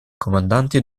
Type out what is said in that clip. comandanti